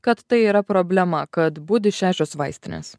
kad tai yra problema kad budi šešios vaistinės